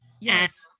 yes